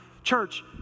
Church